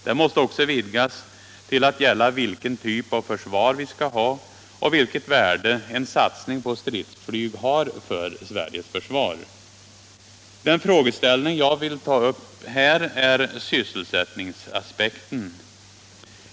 Den måste också vidgas till att gälla vilken typ av försvar vi = riktningen vid skall ha och vilket värde en satsning på stridsflyg har för Sveriges försvar. — försvarsindustrin Den frågeställning jag vill ta upp är sysselsättningsaspekten.